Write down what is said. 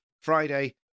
Friday